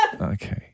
Okay